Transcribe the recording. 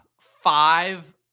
five